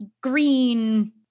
green